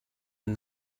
and